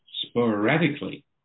sporadically